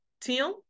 Tim